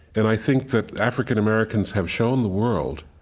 and i think that african americans have shown the world,